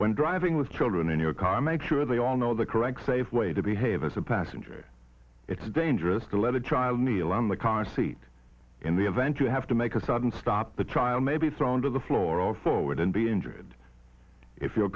when driving with children in your car make sure they all know the correct safe way to behave as a passenger it's dangerous to let a child kneel on the car seat in the event you have to make a sudden stop the child may be thrown to the floor or forward and be injured if your